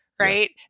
Right